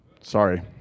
Sorry